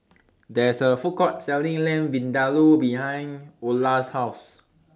There IS A Food Court Selling Lamb Vindaloo behind Ola's House